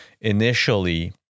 initially